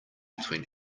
between